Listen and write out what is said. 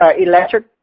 electric